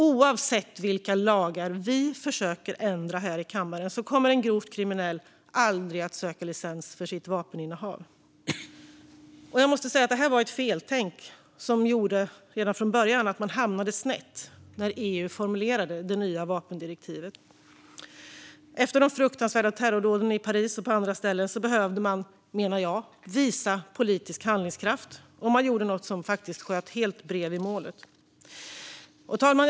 Oavsett vilka lagar vi försöker ändra här i kammaren kommer en grovt kriminell aldrig att söka licens för sitt vapeninnehav. Jag måste säga att det redan från början var ett feltänk som gjorde att man hamnade snett när EU formulerade det nya vapendirektivet. Efter de fruktansvärda terrordåden i Paris och på andra ställen behövde man visa politisk handlingskraft, och jag menar att man gjorde något som sköt helt bredvid målet. Herr talman!